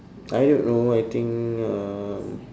I don't know I think um